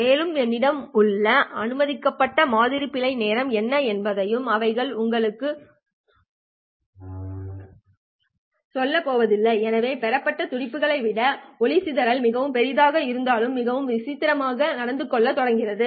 மேலும் என்னிடம் உள்ள அனுமதிக்கப்பட்ட மாதிரி பிழை நேரம் என்ன என்பதையும் அவர்கள் உங்களுக்குச் சொல்லப்போவதில்லை எனவே பெறப்பட்ட துடிப்புகளை விட வண்ண சிதறல் மிகவும் பெரியதாக இருந்தால் மிகவும் விசித்திரமாக நடந்து கொள்ளத் தொடங்கும்